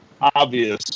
Obvious